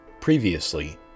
previously